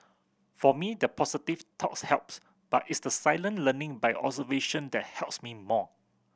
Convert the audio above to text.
for me the positive talks helps but it's the silent learning by observation that helps me more